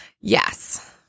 Yes